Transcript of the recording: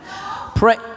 Pray